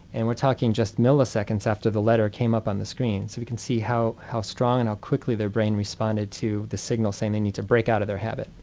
and we're talking just milliseconds after the letter came up on the screen, so we can see how how strong and how quickly their brain responded to the signal, saying they needed break out of their habit.